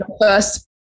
first